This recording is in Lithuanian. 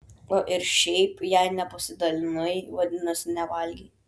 o ir šiaip jei nepasidalinai vadinasi nevalgei